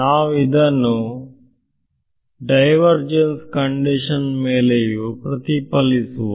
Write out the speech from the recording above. ನಾವು ಇದನ್ನು divergence condition ಮೇಲೆಯೂ ಪ್ರತಿಫಲಿಸುವ